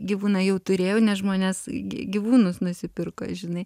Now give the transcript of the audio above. gyvūną jau turėjau nes žmonės gyvūnus nusipirko žinai